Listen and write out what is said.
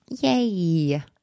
Yay